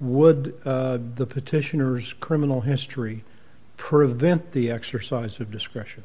would the petitioners criminal history prevent the exercise of discretion